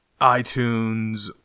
iTunes